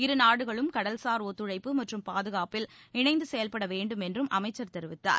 இரு நாடுகளும் கடல்சார் ஒத்துழைப்பு மற்றும் பாதுகாப்பில் இணைந்து செயல்படவேண்டும் என்றும் அமைச்சர் தெரிவித்தார்